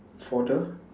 for the